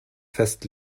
fest